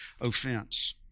offense